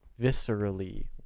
viscerally